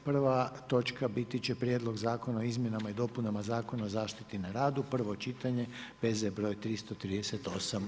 I prva točka biti će Prijedlog Zakona o izmjenama i dopunama Zakona o zaštiti na rado, prvo čitanje, P.Z. br. 338.